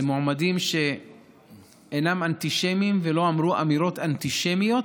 למועמדים שאינם אנטישמיים ולא אמרו אמירות אנטישמיות.